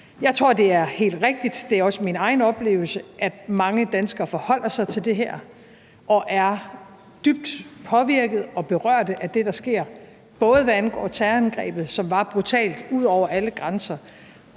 Jeg tror, det er helt rigtigt, og det er også min egen oplevelse, at mange danskere forholder sig til det her og er dybt påvirkede og berørte af det, der sker, både hvad angår terrorangrebet, som var brutalt ud over alle grænser,